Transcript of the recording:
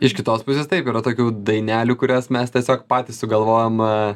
iš kitos pusės taip yra tokių dainelių kurias mes tiesiog patys sugalvojom